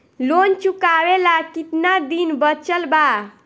Loan चुकावे ला कितना दिन बचल बा?